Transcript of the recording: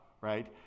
right